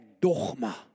dogma